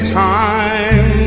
time